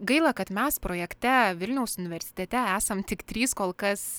gaila kad mes projekte vilniaus universitete esam tik trys kol kas